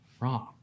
wrong